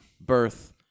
birth